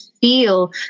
feel